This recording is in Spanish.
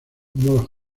more